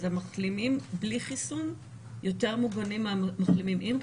אז המחלימים בלי חיסון יותר מוגנים מהמחלימים עם חיסון?